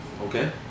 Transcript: Okay